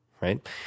right